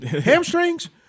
Hamstrings